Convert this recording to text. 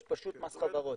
יש פשוט מס חברות.